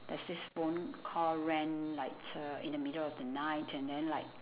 there's this phone call rang like uh in the middle of the night and then like